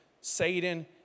Satan